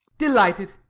delighted.